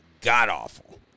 god-awful